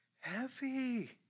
heavy